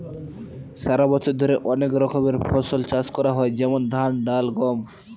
সারা বছর ধরে অনেক রকমের ফসল চাষ করা হয় যেমন ধান, ডাল, গম